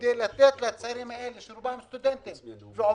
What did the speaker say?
כדי לתת לצעירים האלה שרובם סטודנטים ועובדים,